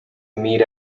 meet